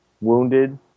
wounded